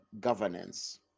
governance